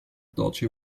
dodgy